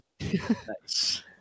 Nice